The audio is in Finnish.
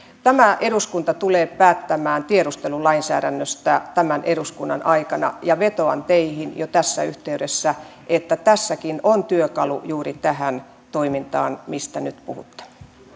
tämä eduskunta tulee päättämään tiedustelulainsäädännöstä tämän eduskunnan aikana ja vetoan teihin jo tässä yhteydessä että tässäkin on työkalu juuri tähän toimintaan mistä nyt puhutte